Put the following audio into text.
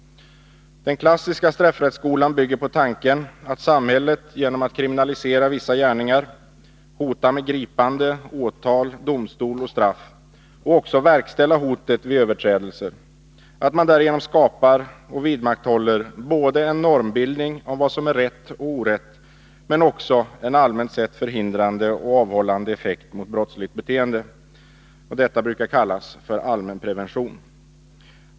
Den klassiska straffrättsskolan bygger på tanken att samhället, genom att kriminalisera vissa gärningar, hota med gripande, åtal, domstol och straff och också verkställa hotet vid överträdelse, skapar och vidmakthåller en normbildning om vad som är rätt och orätt och ger en allmänt sett förhindrande och avhållande effekt mot brottsligt beteende. Detta brukar kallas för allmänprevention.